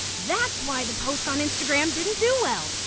that's why the posts on instagram didn't do well.